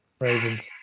Ravens